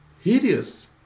hideous